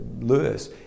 Lewis